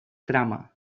trama